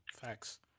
Facts